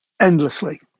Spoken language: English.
endlessly